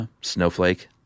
Snowflake